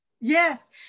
yes